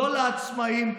לא לעצמאים,